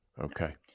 Okay